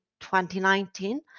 2019